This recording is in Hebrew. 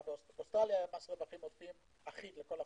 היה מס רווחים עודפים אחיד לכל החברות.